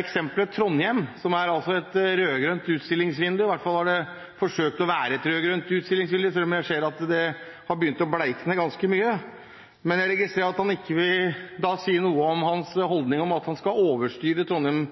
eksempelet Trondheim, som er et rød-grønt utstillingsvindu – i hvert fall har de forsøkt å være et rød-grønt utstillingsvindu – selv om jeg ser at det har begynt å blekne ganske mye. Jeg registrerer at han ikke vil si noe om sin holdning om at han skal overstyre politikerne i Trondheim,